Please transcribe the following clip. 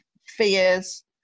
fears